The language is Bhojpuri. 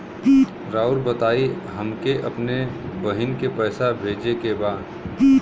राउर बताई हमके अपने बहिन के पैसा भेजे के बा?